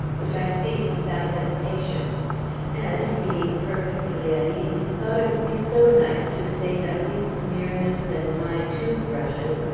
which i seized without hesitation and being perfectly at ease, thought it would be so nice to save at least miriam's and my tooth-brushes,